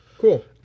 Cool